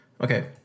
Okay